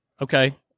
Okay